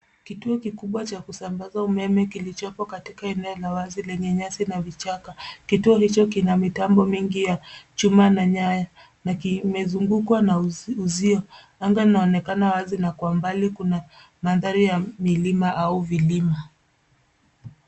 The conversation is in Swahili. Kituo kikubwa cha kusambaza umeme kilichoko katika eneo la wazi lenye nyasi na vichaka. Kituo hicho kina mitambo mingi ya chuma na nyaya, na kimezungukwa na uzi uzio. Anga inaonekana wazi, na kwa umbali kuna mandhari ya milima au vilima.